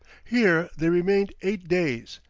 here they remained eight days,